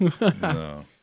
No